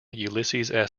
ulysses